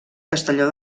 castelló